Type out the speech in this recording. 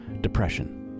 depression